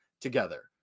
together